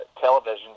television